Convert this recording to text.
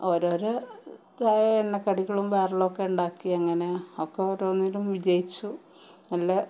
ഓരോരോ ചായ എണ്ണക്കടികളും വേറെ ഉള്ളതൊക്കെ ഉണ്ടാക്കി അങ്ങനെ ഒക്കെ ഓരോന്നിലും വിജയിച്ചു നല്ല